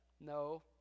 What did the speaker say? No